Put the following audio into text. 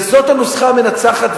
וזאת הנוסחה המנצחת,